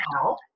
help